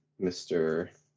Mr